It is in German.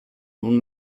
nun